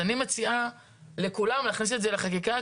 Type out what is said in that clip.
אני מציעה לכולם להכניס את זה לחקיקה,